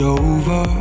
over